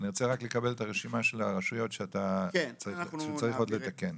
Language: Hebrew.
אני רוצה רק לקבל את הרשימה של הרשויות שצריך עוד לתקן.